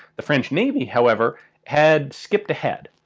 the french navy however had skipped ahead.